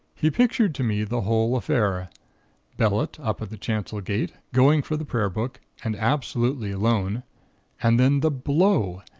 he pictured to me the whole affair bellett, up at the chancel gate, going for the prayer book, and absolutely alone and then the blow,